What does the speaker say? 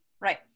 Right